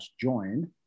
join